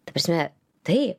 ta prasme taip